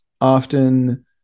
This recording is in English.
often